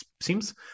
seems